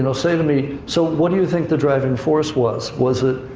and say to me, so what do you think the driving force was? was it,